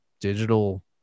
digital